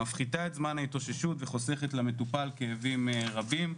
מפחיתה את זמן ההתאוששות וחוסכת למטופל כאבים רבים.